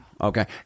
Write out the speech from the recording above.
Okay